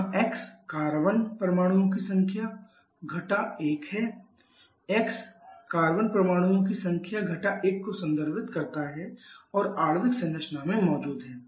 यहाँ x carbon परमाणुओं की संख्या घटा 1 है x कार्बन परमाणुओं की संख्या घटा 1 को संदर्भित करता है जो आणविक संरचना में मौजूद है